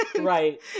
Right